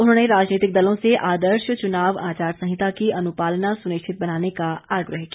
उन्होंने राजनीतिक दलों से आदर्श चुनाव आचार संहिता की अनुपालना सुनिश्चित बनाने का आग्रह किया